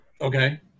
Okay